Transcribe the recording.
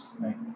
right